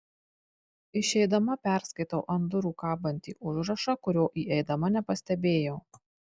išeidama perskaitau ant durų kabantį užrašą kurio įeidama nepastebėjau